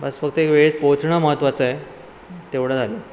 बस फक्त वेळेत पोहोचणं महत्त्वाचं आहे तेवढं